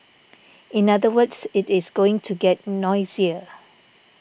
in other words it is going to get noisier